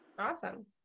Awesome